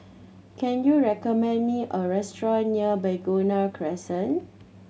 can you recommend me a restaurant near Begonia Crescent